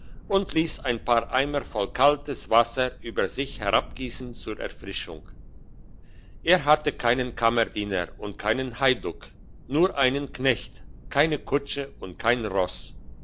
und liess ein paar eimer voll kaltes wasser über sich herabgiessen zur erfrischung er hatte keinen kammerdiener und keinen heiduck nur einen knecht keine kutsche und kein ross